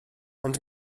ond